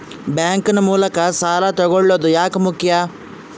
Bank ನ ಮೂಲಕ ಸಾಲ ತಗೊಳ್ಳೋದು ಯಾಕ ಮುಖ್ಯ?